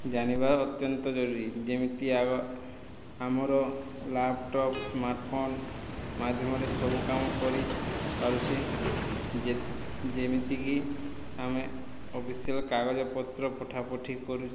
ଜାଣିବା ଅତ୍ୟନ୍ତ ଜରୁରୀ ଯେମିତି ଆମର ଲ୍ୟାପଟପ୍ ସ୍ମାର୍ଟଫୋନ ମାଧ୍ୟମରେ ସବୁ କାମ କରି ପାରୁଛେ ଯେ ଯେମିତିକି ଆମେ ଅଫିସ୍ର କାଗଜପତ୍ର ପଠାପଠି କରୁ